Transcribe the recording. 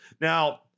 Now